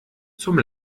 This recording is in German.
zum